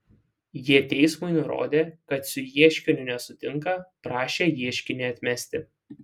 jie teismui nurodė kad su ieškiniu nesutinka prašė ieškinį atmesti